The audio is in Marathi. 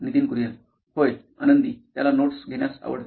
Nitin Kurian COO nine electronics होय आनंदी त्याला नोट्स घेण्यास आवडते